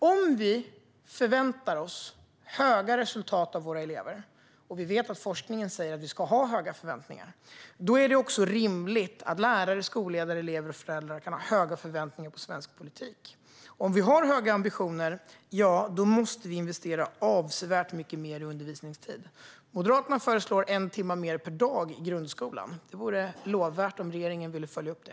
Om vi förväntar oss goda resultat av våra elever - och vi vet att forskningen säger att vi ska ha höga förväntningar - är det också rimligt att lärare, skolledare, elever och föräldrar har höga förväntningar på svensk politik. Om vi har höga ambitioner måste vi också investera avsevärt mycket mer i undervisningstid. Moderaterna föreslår en timme mer per dag i grundskolan, och det vore lovvärt om regeringen ville följa upp det.